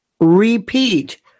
Repeat